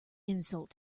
insult